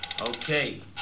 Okay